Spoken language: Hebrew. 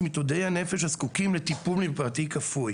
מתמודדי הנפש הזקוקים לטיפול --- כפוי,